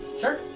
Sure